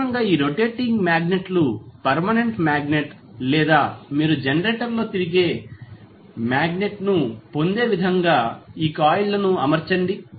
సాధారణంగా ఈ rotating magnet లు పర్మనెంట్ మాగ్నెట్ లేదా మీరు జనరేటర్ లో తిరిగే మాగ్నెట్ ను పొందే విధంగా కాయిల్లను అమర్చండి